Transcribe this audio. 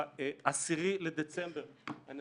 ב-10 בדצמבר אנחנו